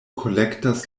kolektas